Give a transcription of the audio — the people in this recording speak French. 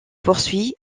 poursuit